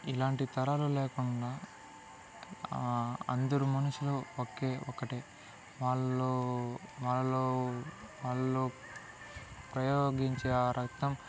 ఇలాంటి తరాలు లేకుండా అందరు మనుషులు ఒకే ఒకటి వాళ్ళు వాళ్ళు వాళ్ళు ప్రయోగించే ఆ రక్తం